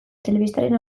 telebistaren